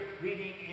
reading